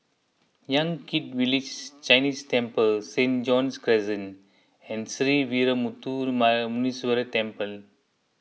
Yan Kit Village Chinese Temple Saint John's Crescent and Sree Veeramuthu Muneeswaran Temple